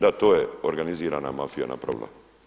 Da, to je organizirana mafija napravila.